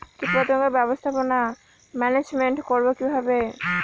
কীটপতঙ্গ ব্যবস্থাপনা ম্যানেজমেন্ট করব কিভাবে?